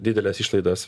dideles išlaidas